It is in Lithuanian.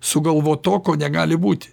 sugalvot to ko negali būti